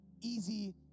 easy